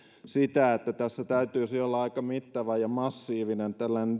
että tässä täytyisi olla tällainen aika mittava ja massiivinen